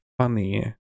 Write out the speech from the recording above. funny